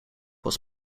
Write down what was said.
was